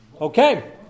okay